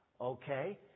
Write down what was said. Okay